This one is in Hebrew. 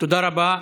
תודה רבה.